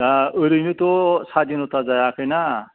दा ओरैनोथ' सादिन'था जायाखैना